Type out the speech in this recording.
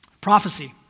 Prophecy